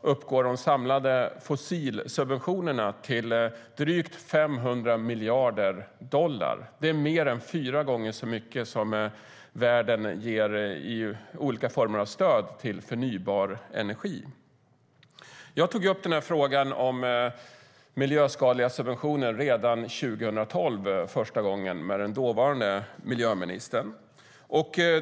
uppgår de samlade fossilsubventionerna till drygt 500 miljarder dollar. Det är mer än fyra gånger så mycket som världen ger i olika former av stöd till förnybar energi. Jag tog upp frågan om miljöskadliga subventioner första gången redan 2012 med den dåvarande miljöministern.